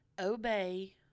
obey